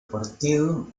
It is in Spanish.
partido